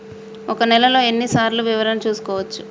ఒక నెలలో ఎన్ని సార్లు వివరణ చూసుకోవచ్చు?